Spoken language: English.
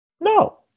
No